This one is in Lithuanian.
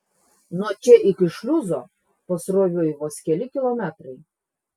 nuo čia iki šliuzo pasroviui vos keli kilometrai